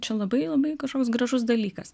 čia labai labai kažkoks gražus dalykas